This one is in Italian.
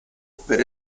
per